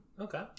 Okay